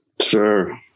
Sure